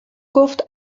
گفت